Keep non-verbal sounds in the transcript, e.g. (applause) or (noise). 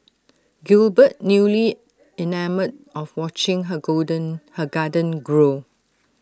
Gilbert newly enamoured of watching her (noise) golden garden grow